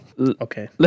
Okay